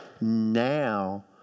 now